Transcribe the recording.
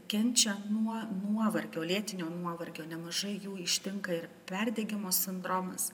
kenčia nuo nuovargio lėtinio nuovargio nemažai jų ištinka ir perdegimo sindromas